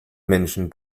menschen